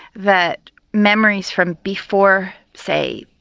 that memories from before say,